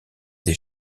des